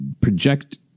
project